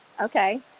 Okay